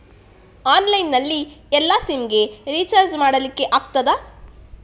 Online ನಲ್ಲಿ ಎಲ್ಲಾ SIM ಗೆ ರಿಚಾರ್ಜ್ ಮಾಡಲಿಕ್ಕೆ ಆಗ್ತದಾ?